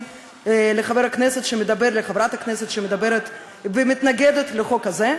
לחברת הכנסת שמדברת ומתנגדת לחוק הזה,